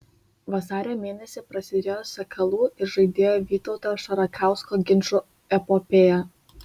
vasario mėnesį prasidėjo sakalų ir žaidėjo vytauto šarakausko ginčų epopėja